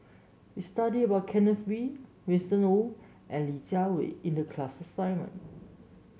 we studied about Kenneth Kee Winston Oh and Li Jiawei in the class assignment